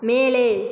மேலே